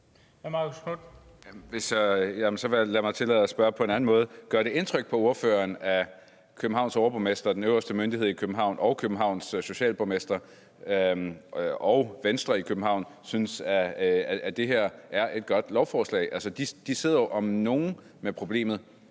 at det her er et godt lovforslag? Altså, de sidder jo om nogen med problemet.